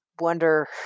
wonder